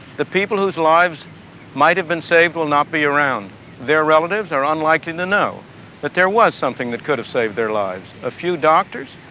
the people whose lives might have been saved will not be around. their relatives are unlikely to know that there was something that could have saved their lives. a few doctors,